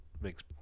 makes